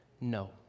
no